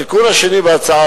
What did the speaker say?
נושא שני שהיה